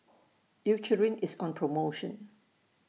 Eucerin IS on promotion